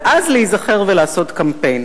ואז להיזכר ולעשות קמפיין.